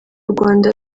rwanda